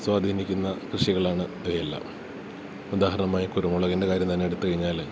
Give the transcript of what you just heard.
സ്വാധീനിക്കുന്ന കൃഷികളാണ് ഇവയെല്ലാം ഉദാഹരണമായി കുരുമുളകിൻ്റെ കാര്യംതന്നെ എടുത്തുകഴിഞ്ഞാല്